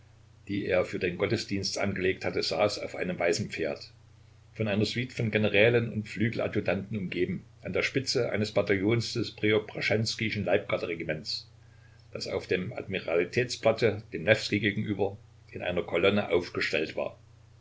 die er für den gottesdienst angelegt hatte saß auf einem weißen pferd von einer suite von generälen und flügeladjutanten umgeben an der spitze eines bataillons des preobraschenskijschen leibgarderegiments das auf dem admiralitätsplatze dem newskij gegenüber in einer kolonne aufgestellt war